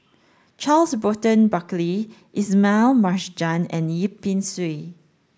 Charles Burton Buckley Ismail Marjan and Yip Pin Xiu